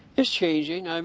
it's changing. um